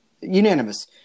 Unanimous